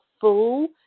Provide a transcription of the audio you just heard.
full